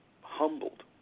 humbled